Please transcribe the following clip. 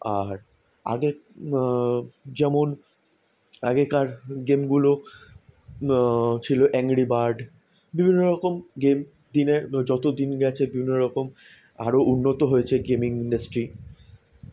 আর আগের যেমন আগেকার গেমগুলো ছিলো অ্যাংরি বার্ড বিভিন্ন রকম গেম দিনের মানে যতো দিন গেছে বিভিন্ন রকম আরো উন্নত হয়েছে গেমিং ইন্ডাস্ট্রি